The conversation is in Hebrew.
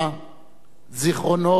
זיכרונו לברכה.